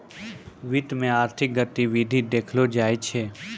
वित्त मे आर्थिक गतिविधि देखलो जाय छै